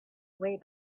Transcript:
way